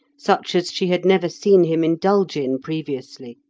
such as she had never seen him indulge in previously